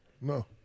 No